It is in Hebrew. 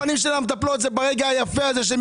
הפנים של המטפלות זה ברגע היפה הזה שהן